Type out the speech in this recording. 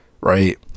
Right